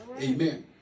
Amen